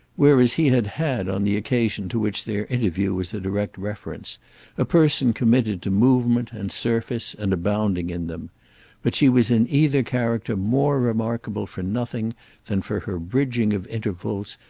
whereas he had had on the occasion to which their interview was a direct reference a person committed to movement and surface and abounding in them but she was in either character more remarkable for nothing than for her bridging of intervals,